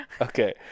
Okay